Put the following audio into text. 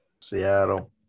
Seattle